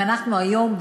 אם אנחנו היום,